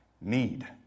need